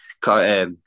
cut